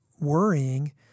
worrying